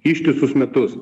ištisus metus